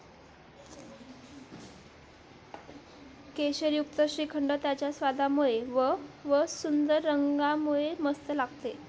केशरयुक्त श्रीखंड त्याच्या स्वादामुळे व व सुंदर रंगामुळे मस्त लागते